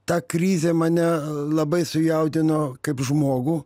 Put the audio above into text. ta krizė mane labai sujaudino kaip žmogų